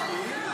את תומכת טרור.